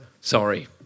Sorry